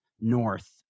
North